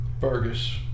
Fergus